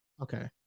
Okay